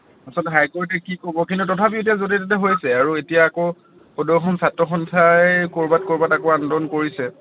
আছলতে হাই কৰ্টে কি ক'ব কিন্তু তথাপিও এতিয়া য'তে ত'তে হৈছে আৰু এতিয়া আকৌ সদৌ অসম ছাত্ৰ সন্থাই ক'ৰবাত ক'ৰবাত আকৌ আন্দোলন কৰিছে